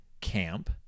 camp